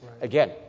Again